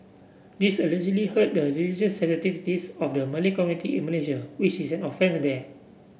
this allegedly hurt the religious sensitivities of the Malay community in Malaysia which is an offence there